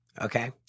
Okay